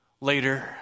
later